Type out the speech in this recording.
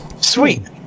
sweet